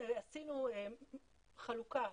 עשינו חלוקה,